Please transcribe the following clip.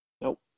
Nope